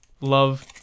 Love